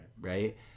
right